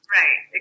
right